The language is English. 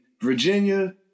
Virginia